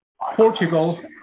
Portugal